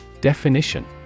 Definition